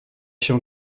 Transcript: się